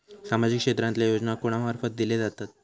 सामाजिक क्षेत्रांतले योजना कोणा मार्फत दिले जातत?